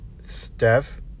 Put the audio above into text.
Steph